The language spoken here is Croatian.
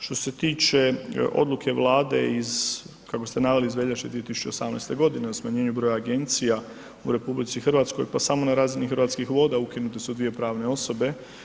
Što se tiče odluke Vlade iz, kako ste naveli iz veljače 2018. godine o smanjenju broja agencija u RH, pa samo na razini Hrvatskih voda ukinute se dvije pravne osobe.